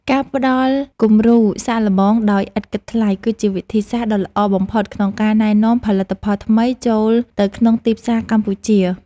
ការផ្តល់គំរូសាកល្បងដោយឥតគិតថ្លៃ គឺជាវិធីសាស្ត្រដ៏ល្អបំផុតក្នុងការណែនាំផលិតផលថ្មីចូលទៅក្នុងទីផ្សារកម្ពុជា។